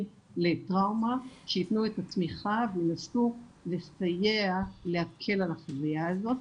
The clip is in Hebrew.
לטראומה שיתנו את התמיכה וינסו לסייע להקל על החוויה הזאת,